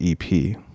EP